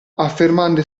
affermando